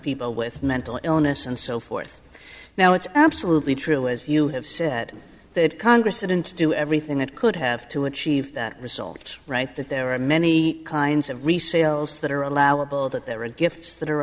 people with mental illness and so forth now it's absolutely true as you have said that congress didn't do everything it could have to achieve that result right that there are many kinds of resales that are allowable that there are gifts that are